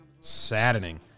saddening